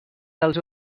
dels